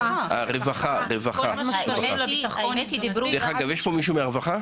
דרך אגב, יש פה מישהו מהרווחה?